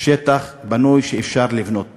שטח בנוי, שאפשר לבנות בו.